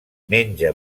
menja